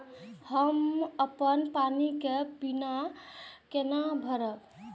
हम अपन पानी के बिल केना भरब?